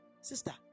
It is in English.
Sister